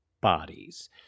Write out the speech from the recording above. bodies